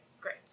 great